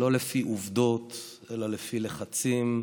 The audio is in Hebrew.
לא לפי עובדות אלא לפי לחצים,